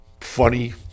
funny